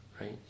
right